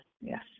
yes